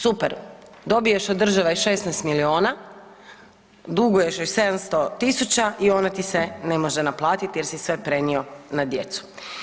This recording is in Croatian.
Super, dobiješ od države 16 milijuna, duguješ još 700 000 i onda ti se ne može naplatiti jer si sve prenio na djecu.